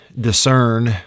discern